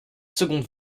seconde